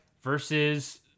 versus